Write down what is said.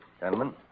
Gentlemen